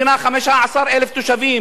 15,000 תושבים,